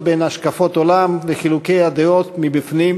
בין השקפות עולם וחילוקי הדעות מבפנים,